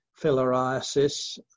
filariasis